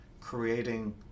creating